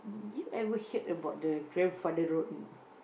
you ever heard about the grandfather road or not